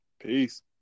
Peace